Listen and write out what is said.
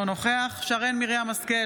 אינו נוכח שרן מרים השכל,